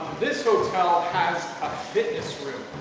this hotel has a fitness room.